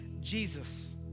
Jesus